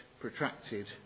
protracted